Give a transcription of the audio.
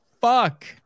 Fuck